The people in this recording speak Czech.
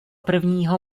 prvního